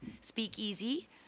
speakeasy